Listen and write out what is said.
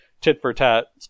tit-for-tat